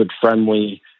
friendly